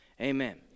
amen